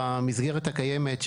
במסגרת הקיימת,